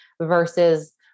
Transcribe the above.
versus